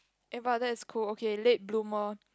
eh but that's cool okay late bloomer